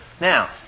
Now